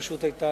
היתה